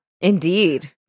indeed